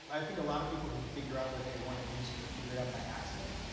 i think a lot of people who figure out what they want to do sort of figure it out by accident.